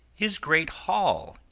his great hall,